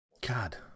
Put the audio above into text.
God